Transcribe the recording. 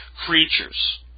creatures